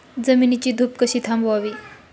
जमिनीची धूप कशी थांबवावी?